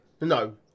No